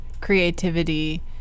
creativity